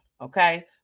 Okay